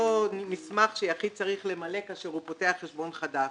אותו מסמך שיחיד צריך למלא כאשר הוא פותח חשבון חדש.